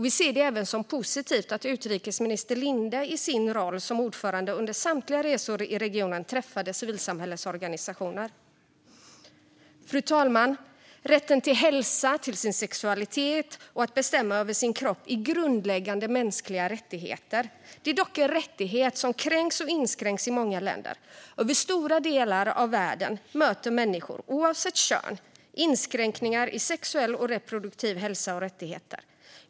Vi ser det även som positivt att utrikesminister Linde i sin roll som ordförande under samtliga resor i regionen träffade civilsamhällesorganisationer. Fru talman! Rätten till hälsa, till sin sexualitet och att bestämma över sin kropp är grundläggande mänskliga rättigheter. Det är dock en rättighet som kränks och inskränks i många länder. Över stora delar av världen möter människor, oavsett kön, inskränkningar i sexuell och reproduktiv hälsa och rättigheter.